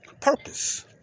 purpose